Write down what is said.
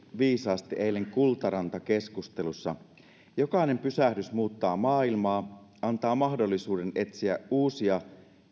viisaasti eilen kultaranta keskusteluissa että jokainen pysähdys muuttaa maailmaa antaa mahdollisuuden etsiä uusia